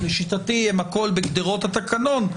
לשיטתי הם הכול בגדרות התקנון,